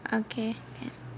okay can